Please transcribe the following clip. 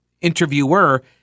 interviewer